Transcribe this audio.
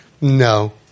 No